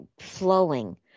flowing